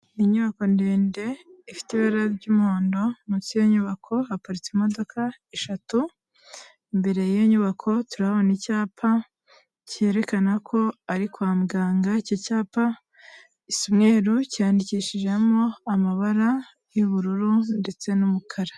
Inyubako ndende ifite ibara ry'umuhondo, munsi yiyo nyubako haparitse imodoka eshatu, imbere yiyo nyubako tuharabona icyapa cyerekana ko ari kwa muganga, icyo cyapa gisa umweru cyanyandikishijemo amabara y'ubururu ndetse n'umukara.